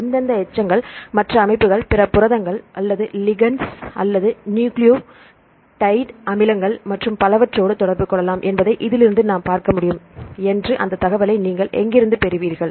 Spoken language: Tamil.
எந்தெந்த எச்சங்கள் மற்ற அமைப்புகள் பிற புரதங்கள் அல்லது லிகண்ட்ஸ் அல்லது நியூக்ளியோடைடு அமிலங்கள் மற்றும் பலவற்றோடு தொடர்பு கொள்ளலாம் என்பதை இதிலிருந்து நாம் பார்க்க முடியுமா என்று அந்த தகவலை நீங்கள் எங்கிருந்து பெற்றீர்கள்